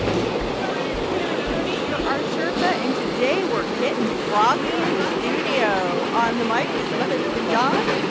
hi everybody. it's cinnamon cooney your art sherpa. and today we're getting froggy in the studio. on the mic is but husband john.